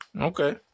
okay